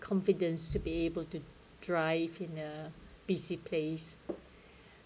confidence to be able to drive in a busy place